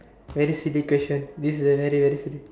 very silly question this is a very very silly